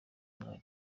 imari